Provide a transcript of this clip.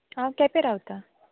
हांव केपें रावता